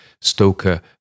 Stoker